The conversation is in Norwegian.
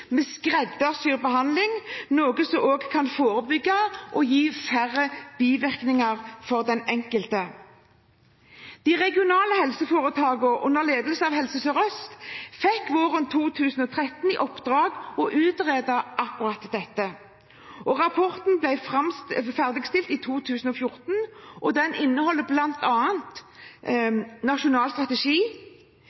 noe som også kan forebygge og gi færre bivirkninger for den enkelte. De regionale helseforetakene under ledelse av Helse Sør-Øst fikk våren 2013 i oppdrag å utrede akkurat dette. Rapporten ble ferdigstilt i 2014, og den inneholder bl.a. nasjonal strategi,